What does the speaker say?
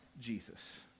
Jesus